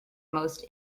most